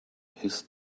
his